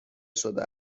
شده